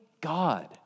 God